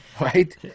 Right